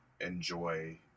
enjoy